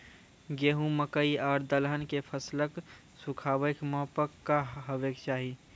गेहूँ, मकई आर दलहन के फसलक सुखाबैक मापक की हेवाक चाही?